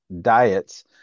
diets